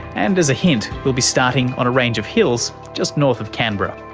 and, as a hint, we'll be starting on a range of hills just north of canberra.